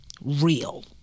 Real